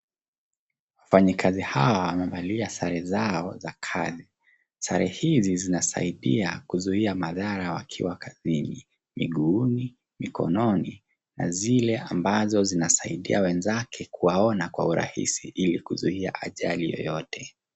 Wafanyakazi hawa wamevalia sare za kazi. Sare hizi zinasaidia kuzuia madhara wakiwa kazini, miguuni, mikononi na zile ambazo zinasaidia wenzake kuwaona kwa urahisi ili kuzuia ajali yoyote.